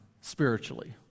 spiritually